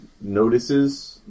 notices